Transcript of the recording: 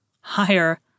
Higher